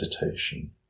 meditation